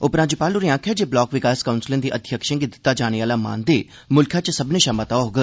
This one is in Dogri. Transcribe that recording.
उपराज्यपाल होरें आखेआ ऐ जे ब्लाक विकास काउंसलें दे अध्यक्षें गी दित्ता जाने आह्ला मानदेय मुल्खै च सब्मने षा मता होग